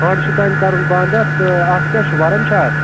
کھنٛڈ چھُ تام کَرُن بنٛد اَتھ تہٕ اَتھ کیٛاہ چھُ وَرُم چھا اَتھ